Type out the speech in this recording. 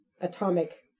Atomic